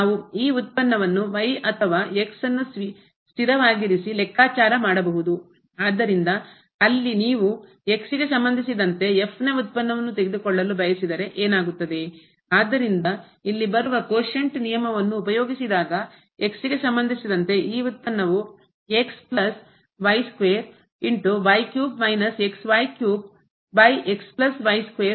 ನಾವು ಈ ಉತ್ಪನ್ನವನ್ನು ಅಥವಾ ಅನ್ನು ಸ್ಥಿರವಾಗಿರಿಸಿ ಲೆಕ್ಕಾಚಾರ ಮಾಡಬಹುದು ಆದ್ದರಿಂದ ಇಲ್ಲಿ ನೀವು ಗೆ ಸಂಬಂಧಿಸಿದಂತೆ ನ ವ್ಯುತ್ಪನ್ನವನ್ನು ತೆಗೆದುಕೊಳ್ಳಲು ಬಯಸಿದರೆ ಏನಾಗುತ್ತದೆ ಆದ್ದರಿಂದ ಇಲ್ಲಿ ಬರುವ ಕೋಶoಟ್ ನಿಯಮವನ್ನು ಉಪಯೋಗಿಸಿದಾಗ ಗೆ ಸಂಬಂಧಿಸಿದಂತೆ ಈ ಉತ್ಪನ್ನವು ಆಗುತ್ತದೆ